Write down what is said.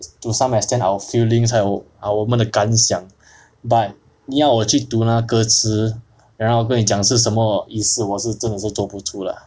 to some extent our feelings 还有我们的感想 but 你要我去读那个歌词然后跟你讲是什么意思我是真的是做不出 lah